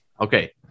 Okay